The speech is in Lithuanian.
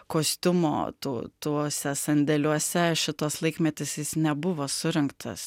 kostiumo tų tuose sandėliuose šitas laikmetis jis nebuvo surinktas